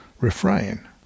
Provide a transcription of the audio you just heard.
refrain